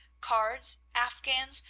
cards, afghans,